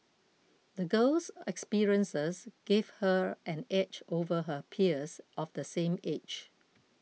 the girl's experiences gave her an edge over her peers of the same age